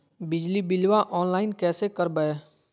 बिजली बिलाबा ऑनलाइन कैसे करबै?